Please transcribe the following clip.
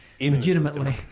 legitimately